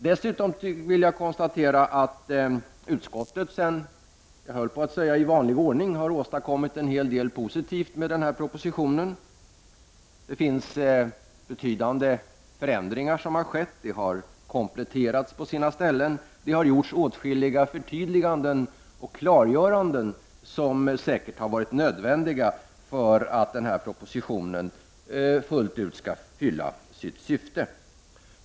Dessutom vill jag konstatera att utskottet — jag höll på att säga i vanlig ordning — har åstadkommit en hel del positivt med den här propositionen. Betydande förändringar har gjorts. Det har gjorts kompletteringar på sina ställen, och det har gjorts åtskilliga förtydliganden och klargöranden som säkert har varit nödvändiga för att denna proposition fullt ut skall kunna fylla sitt syfte.